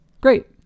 Great